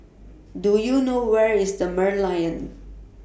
Do YOU know Where IS The Merlion